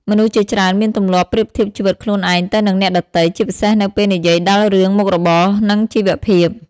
មនុស្សជាច្រើនមានទម្លាប់ប្រៀបធៀបជីវិតខ្លួនឯងទៅនឹងអ្នកដទៃ ជាពិសេសនៅពេលនិយាយដល់រឿងមុខរបរ និងជីវភាព។